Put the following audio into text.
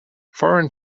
foreign